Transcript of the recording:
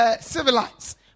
Civilized